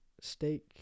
steak